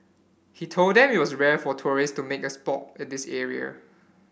he told them it was rare for tourist to make a sport at this area